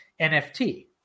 NFT